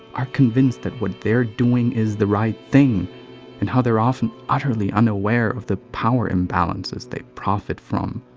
are convinced that what they're doing is the right thing and how they're often utterly unaware of the power imbalances they profit from.